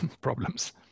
problems